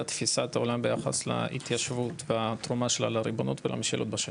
לתפיסת עולם ביחס להתיישבות והתרומה שלה לריבונות ולמשילות בשטח.